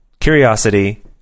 curiosity